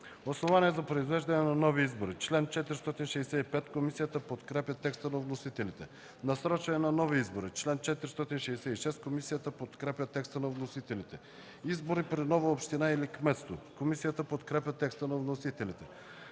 „Основания за произвеждане на нови избори” – чл. 465. Комисията подкрепя текста на вносителите. „Насрочване на нови избори” – чл. 466. Комисията подкрепя текста на вносителите. „Избори при нова община или кметство” – чл. 467. Комисията подкрепя текста на вносителите.